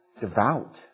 devout